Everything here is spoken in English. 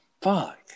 Fuck